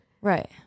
right